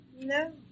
No